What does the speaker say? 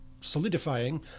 solidifying